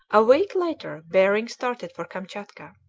a week later behring started for kamtchatka.